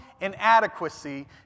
inadequacy